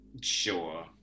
Sure